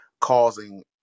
causing